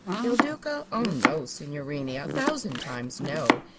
il duca? oh, no, signorini! a thousand times, no.